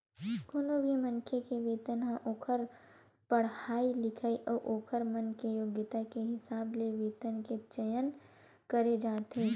कोनो भी मनखे के वेतन ह ओखर पड़हाई लिखई अउ ओखर मन के योग्यता के हिसाब ले वेतन के चयन करे जाथे